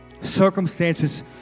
circumstances